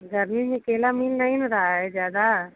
गर्मी में केला मिल नहीं ना रहा है ज़्यादा